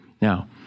Now